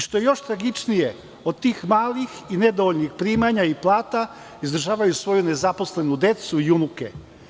Što je još tragičnije od tih malih i nedovoljnih primanja i plata izdržavaju svoju nezaposlenu decu i unuke.